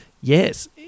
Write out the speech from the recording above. yes